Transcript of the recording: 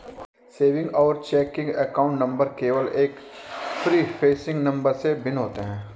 savings और checking account number केवल एक प्रीफेसिंग नंबर से भिन्न होते हैं